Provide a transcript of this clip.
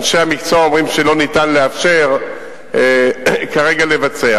אנשי המקצוע אומרים שלא ניתן לאפשר כרגע לבצע.